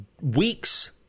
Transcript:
weeks